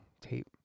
tape